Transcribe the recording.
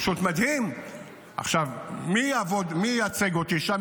מי ייצג אותי שם?